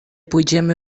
pójdziemy